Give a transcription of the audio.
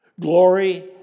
Glory